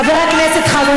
חבר הכנסת חזן,